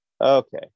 Okay